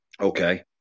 Okay